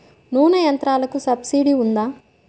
నూనె యంత్రాలకు సబ్సిడీ ఉందా?